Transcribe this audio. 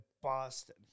Boston